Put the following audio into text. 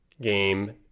game